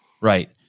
Right